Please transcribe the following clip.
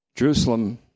Jerusalem